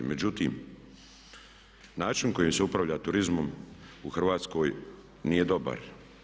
Međutim, način na koji se upravlja turizmom u Hrvatskoj nije dobar.